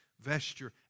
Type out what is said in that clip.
vesture